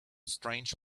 strange